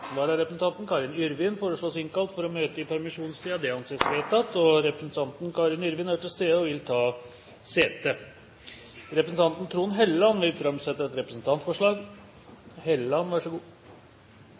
Vararepresentanten, Karin Yrvin, innkalles for å møte i permisjonstiden. Karin Yrvin er til stede og vil ta sete. Representanten Trond Helleland vil framsette et representantforslag.